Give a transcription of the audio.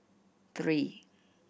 three